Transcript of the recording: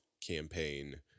campaign